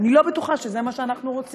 אני לא בטוחה שזה מה שאנחנו רוצים,